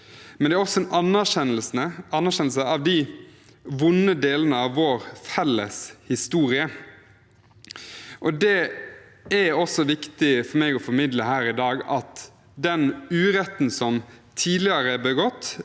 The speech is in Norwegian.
men det er også en anerkjennelse av de vonde delene av vår felles historie. Det er viktig for meg å formidle her i dag at den uretten som tidligere er begått,